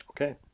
Okay